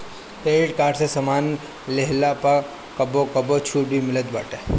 credit card से सामान लेहला पअ कबो कबो छुट भी मिलत बाटे